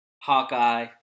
Hawkeye